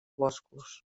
boscos